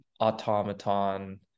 automaton